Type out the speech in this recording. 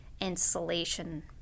insulation